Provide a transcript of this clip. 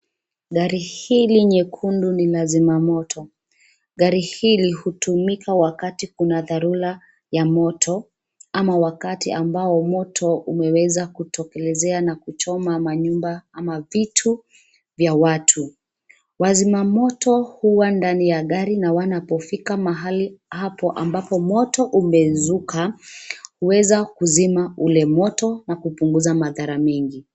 Gari hili nyekundu ni la zima moto. Gari hili hutumika wakati kuna dharura ya moto ama wakati ambao moto umeweza kutokelezea na kuchoma manyumba ama vitu vya watu. Wazima moto huwa ndani ya gari na wanapofika mahali hapo ambapo moto umezuka, huweza kuzima ule moto na kupunguza madhara mengi.